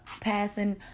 Passing